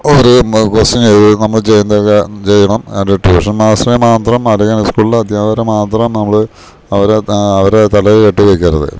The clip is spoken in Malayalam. ഒരു ക്വസ്റ്റയനെഴുതി നമ്മൾ ചെയ്യുന്നത് ഒക്കെ ചെയ്യണം ഒരു ട്യൂഷൻ മാസ്റ്ററെ മാത്രം അല്ലെങ്കിൽ ഉസ്കൂളിലെ അധ്യാപകരെ മാത്രം നമ്മൾ അവരെ അവരെ തലേ കെട്ടി വെക്കരുത്